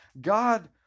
God